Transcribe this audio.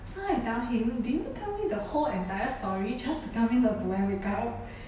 so I tell him did tell me the whole entire story just to tell me not to wear makeup